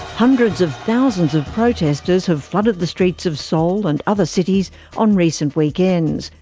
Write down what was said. hundreds of thousands of protesters have flooded the streets of seoul and other cities on recent weekends,